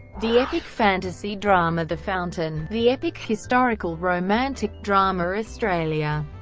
the epic fantasy drama the fountain, the epic historical romantic drama australia,